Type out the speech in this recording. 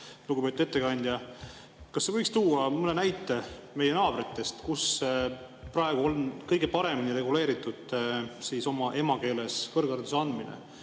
Lugupeetud ettekandja! Kas sa võiksid tuua mõne näite meie naabritelt, kellel praegu on kõige paremini reguleeritud oma emakeeles kõrghariduse andmine?